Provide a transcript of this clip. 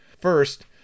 First